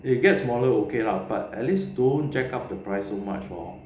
it gets smaller okay lah but at least don't jack up the price so much lor